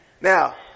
Now